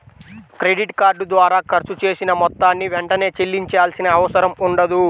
credit card ద్వారా ఖర్చు చేసిన మొత్తాన్ని వెంటనే చెల్లించాల్సిన అవసరం ఉండదు